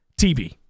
TV